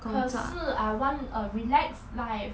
可是 I want a relax life